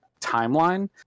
timeline